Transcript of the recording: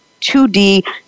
2D